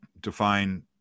define